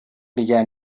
began